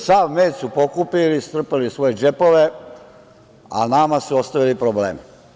Sav med su pokupili, strpali u svoje džepove, a nama su ostavili probleme.